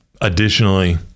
Additionally